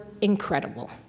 incredible